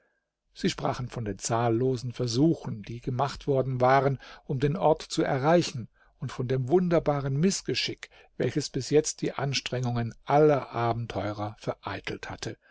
sie sprachen von den zahllosen versuchen die gemacht worden waren um den ort zu erreichen und von dem wunderbaren mißgeschick welches bis jetzt die anstrengungen aller abenteurer vereitelt hatte